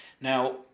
Now